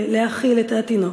להכיל את התינוק.